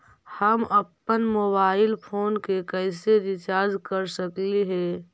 हम अप्पन mobile phone के कैसे रिचार्ज कर सकली हे?